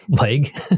leg